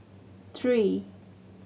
three